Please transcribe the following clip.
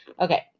Okay